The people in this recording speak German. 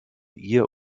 ihr